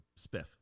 spiff